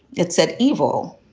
it said evil.